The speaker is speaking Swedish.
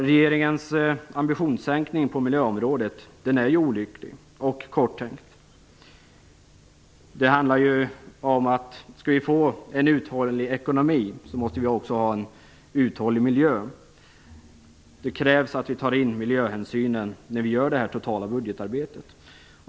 Regeringens ambitionssänkning på miljöområdet är olycklig och korttänkt. Skall vi få en uthållig ekonomi måste vi också ha en uthållig miljö. Det krävs att vi tar in miljöhänsynen när vi gör det totala budgetarbetet.